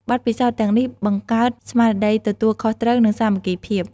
បទពិសោធន៍ទាំងនេះបង្កើតស្មារតីទំនួលខុសត្រូវ និងសាមគ្គីភាព។